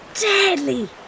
Deadly